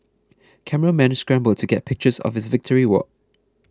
cameramen scramble to get pictures of his victory walk